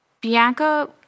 Bianca